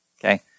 Okay